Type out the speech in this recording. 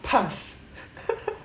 pass